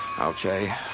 Okay